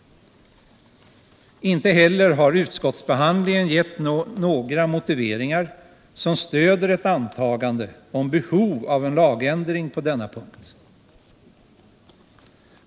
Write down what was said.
Inte heller har utskottsbehandlingen gett några motiveringar som 75 stöder ett antagande om behov av en lagändring på denna punkt.